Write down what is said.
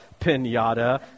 pinata